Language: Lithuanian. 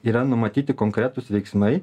yra numatyti konkretūs veiksmai